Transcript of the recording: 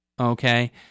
okay